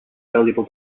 valuable